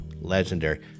Legendary